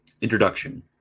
introduction